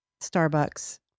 Starbucks